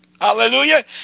Hallelujah